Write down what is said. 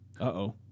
Uh-oh